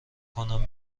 کنم